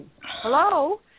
hello